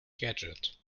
gadget